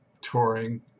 touring